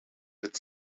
hit